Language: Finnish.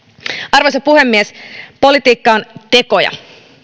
arvoisa puhemies politiikka on tekoja